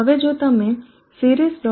હવે જો તમે series